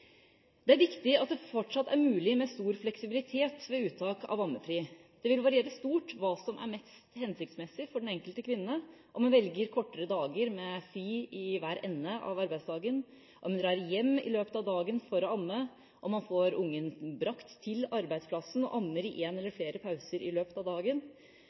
Det er viktig at det fortsatt er mulig med stor fleksibilitet ved uttak av ammefri. Det vil variere stort hva som er mest hensiktsmessig for den enkelte kvinne – om en velger kortere dager med fri i hver ende av arbeidsdagen, om man drar hjem i løpet av dagen for å amme, om man får bragt ungen til arbeidsplassen og ammer i en eller flere pauser i løpet av dagen,